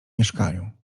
mieszkaniu